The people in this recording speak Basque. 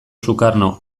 sukarno